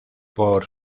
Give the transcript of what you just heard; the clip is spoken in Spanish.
por